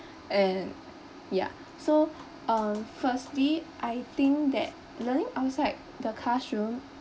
and yeah so uh firstly I think that learning outside the classroom